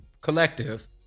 collective